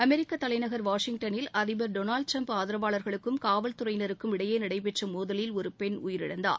அமெரிக்க தலைநகர் வாஷிங்டனில் அதிபர் டொனால்டு டிரம்ப் ஆதரவாளர்களுக்கும் காவல் துறையினருக்கும் இடையே நபெற்ற மோதலில் ஒரு பெண் உயிரிழந்தார்